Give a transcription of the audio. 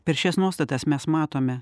per šias nuostatas mes matome